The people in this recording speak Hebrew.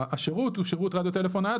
השירות הוא שירות רדיו טלפון נייד,